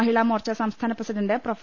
മഹിളാമോർച്ച സംസ്ഥാന president prof